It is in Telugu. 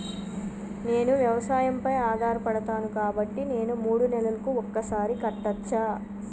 నేను వ్యవసాయం పై ఆధారపడతాను కాబట్టి నేను మూడు నెలలకు ఒక్కసారి కట్టచ్చా?